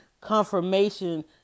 confirmation